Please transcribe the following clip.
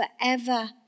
forever